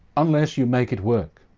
unless you make it work.